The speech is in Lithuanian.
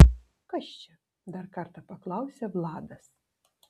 kas čia dar kartą paklausia vladas